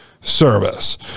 service